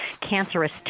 cancerous